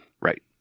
Right